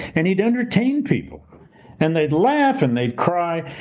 and he'd entertain people and they'd laugh and they'd cry.